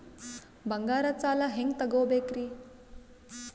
ಬಂಗಾರದ್ ಸಾಲ ಹೆಂಗ್ ತಗೊಬೇಕ್ರಿ?